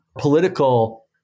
political